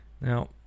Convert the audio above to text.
Now